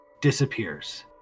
Disappears